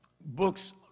books